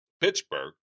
Pittsburgh